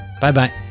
Bye-bye